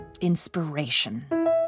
Inspiration